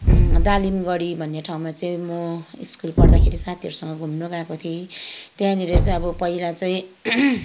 दालिमगढी भन्ने ठाउँमा चाहिँ म स्कुल पढ्दाखेरि साथीहरूसँग घुम्नु गएको थिएँ त्यहाँनिर चाहिँ अब पहिला चाहिँ